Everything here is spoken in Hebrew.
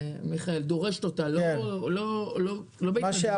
מיכאל, לא בהתנדבות.